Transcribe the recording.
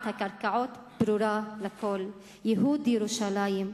של הקרקעות ברורה לכול: ייהוד ירושלים,